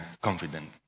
confident